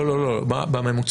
לא, לא, בממוצע.